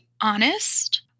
honest